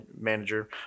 manager